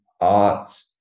art